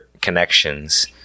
connections